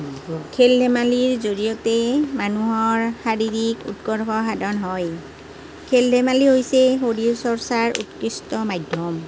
খেল ধেমালিৰ জৰিয়তে মানুহৰ শাৰীৰিক উৎকৰ্ষ সাধন হয় খেল ধেমালি হৈছে শৰীৰ চৰ্চাৰ উৎকৃষ্ট মাধ্য়ম